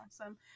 awesome